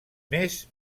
més